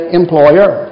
employer